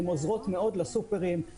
הן עוזרות מאוד לסופרים,